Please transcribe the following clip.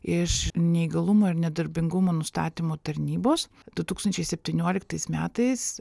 iš neįgalumo ir nedarbingumo nustatymo tarnybos du tūkstančiai septynioliktais metais